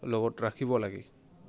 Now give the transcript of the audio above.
লগত ৰাখিব লাগে